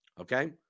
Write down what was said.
Okay